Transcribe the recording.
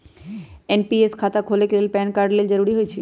NPS खता खोले के लेल पैन कार्ड लेल जरूरी होइ छै